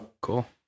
cool